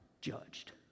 judged